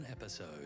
episode